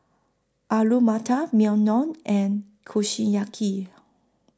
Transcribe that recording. Alu Matar Naengmyeon and Kushiyaki